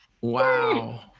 wow